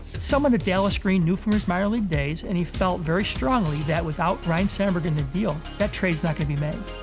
someone that dallas green knew from his minor league days. and he felt very strongly that without ryne sandberg in the deal, that trade's not going to be made.